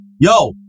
Yo